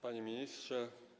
Panie Ministrze!